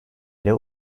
ile